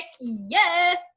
yes